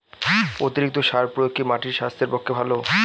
অতিরিক্ত সার প্রয়োগ কি মাটির স্বাস্থ্যের পক্ষে ভালো?